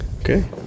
okay